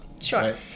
Sure